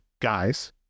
guys